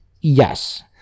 Yes